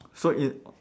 so in